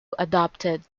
adopted